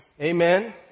Amen